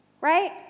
Right